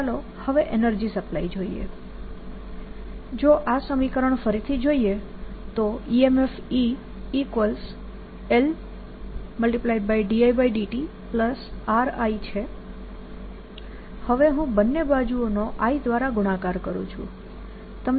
તેથી જો આ સમીકરણ ફરીથી જોઈએ તો EMF ELdIdtRI છે હવે હું બંને બાજુઓનો I દ્વારા ગુણાકાર કરું છું